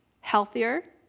healthier